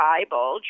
Bible